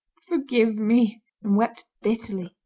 forgive me and wept bitterly.